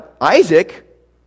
Isaac